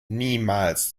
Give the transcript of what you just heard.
niemals